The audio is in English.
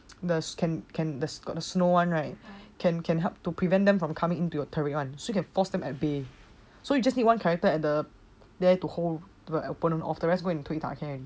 the can can got the snow snow one right can can help to prevent them from coming to the turret [one] so can force them at bay so you just need one character at the there to hold the opponent then the rest go and 打 can already